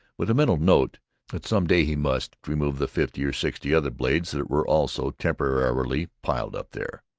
with a mental note that some day he must remove the fifty or sixty other blades that were also temporarily, piled up there.